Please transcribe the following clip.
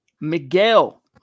Miguel